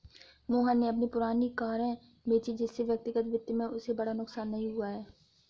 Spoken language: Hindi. मोहन ने अपनी पुरानी कारें बेची जिससे व्यक्तिगत वित्त में उसे बड़ा नुकसान नहीं हुआ है